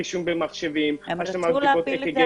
רישום במחשבים --- רצו להפיל את זה על האחיות.